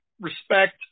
respect